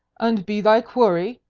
and be thy quarry?